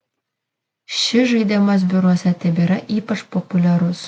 šis žaidimas biuruose tebėra ypač populiarus